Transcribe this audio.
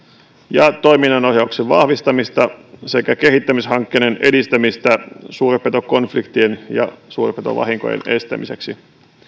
ja toiminnanohjauksen vahvistamista sekä kehittämishankkeiden edistämistä suurpetokonfliktien ja suurpetovahinkojen estämiseksi